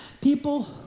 people